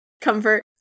Comfort